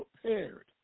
prepared